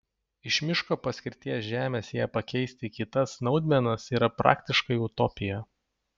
iš miško paskirties žemės ją pakeisti į kitas naudmenas yra praktiškai utopija